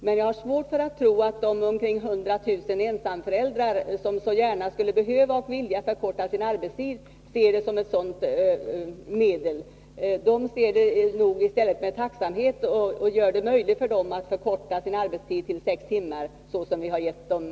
Men jag har svårt att tro att de omkring 100 000 ensamföräldrar som så gärna skulle vilja och behöva förkorta sin arbetstid ser på vårdnadsbidraget som ett sådant medel. Det ser nog i stället med tacksamhet på att vi har gjort det möjligt för dem att förkorta sin arbetstid till sex timmar. Det finns många problem som återstår.